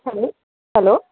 hello hello